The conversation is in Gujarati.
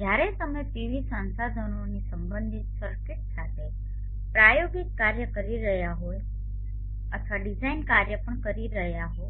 જ્યારે તમે પીવી સંસાધનોથી સંબંધિત સર્કિટ્સ સાથે પ્રાયોગિક કાર્ય કરી રહ્યા હોવ અથવા ડિઝાઇન કાર્ય પણ કરી રહ્યા હો